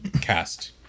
cast